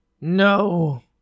No